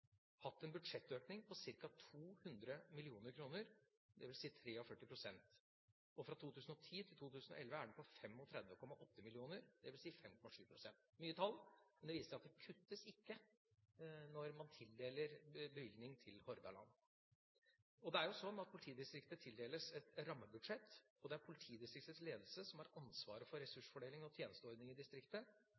hatt en budsjettøkning på ca. 200 mill. kr, dvs. 43 pst. Fra 2010 til 2011 er den på 35,8 mill. kr, dvs. 5,7 pst. – mye tall, men det viser at det kuttes ikke når man tildeler bevilgning til Hordaland. Politidistriktet tildeles et rammebudsjett. Det er politidistriktets ledelse som har ansvaret for ressursfordeling og tjenesteordninger i distriktet,